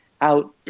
out